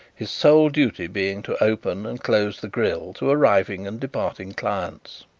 his sole duty being to open and close the grille to arriving and departing clients.